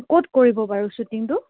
ক'ত কৰিব বাৰু শ্বুটিংটো